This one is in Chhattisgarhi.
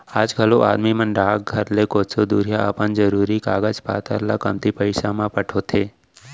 आज घलौ आदमी मन डाकघर ले कोसों दुरिहा अपन जरूरी कागज पातर ल कमती पइसा म पठोथें